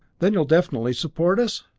then you'll definitely support us?